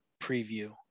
preview